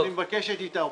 אני מבקש את התערבותך.